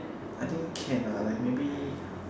I think can lah like maybe